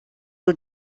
you